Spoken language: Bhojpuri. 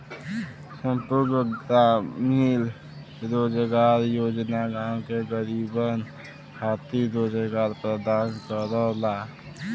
संपूर्ण ग्रामीण रोजगार योजना गांव के गरीबन खातिर रोजगार प्रदान करला